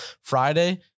Friday